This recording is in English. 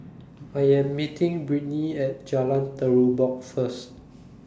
I Am meeting Britney At Jalan Terubok First